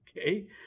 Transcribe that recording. Okay